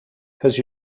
cause